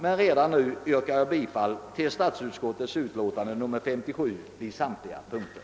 Med yrkanden i fråga om statsutskottets utlåtande nr 58 ber jag att få återkomma.